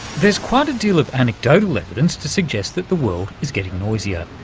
there's quite a deal of anecdotal evidence to suggest that the world is getting noisier,